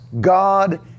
God